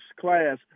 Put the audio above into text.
class